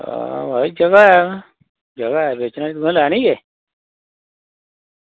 आं भई जगह ऐ जगह ऐ बेचने ताहीं तुसें लैनी केह्